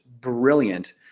brilliant